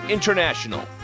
International